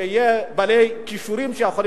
שיוכלו להגיע בעלי כישורים.